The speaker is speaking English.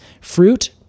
Fruit